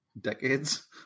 decades